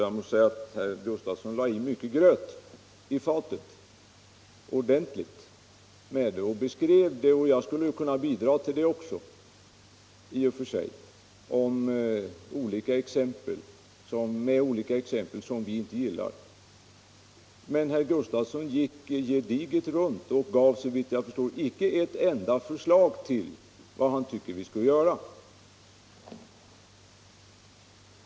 Jag måste säga att herr Gustavsson i sin beskrivning lade ordentligt med gröt i fatet. Jag skulle i och för sig kunna bidra med olika exempel som vi inte gillar. Men herr Gustavsson gick omsorgsfullt runt problemet och gav såvitt jag förstår inte ett enda förslag till vad han tycker att vi skall göra.